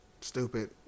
stupid